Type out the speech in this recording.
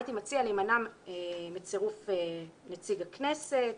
הייתי מציע להימנע מצירוף נציג הכנסת".